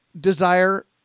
desire